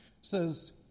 says